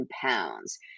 pounds